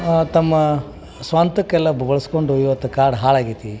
ತಮ್ಮ ಸ್ವಂತಕ್ಕೆಲ್ಲ ಬಳಸ್ಕೊಂಡು ಇವತ್ತು ಕಾಡು ಹಾಳಾಗೈತಿ